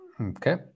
okay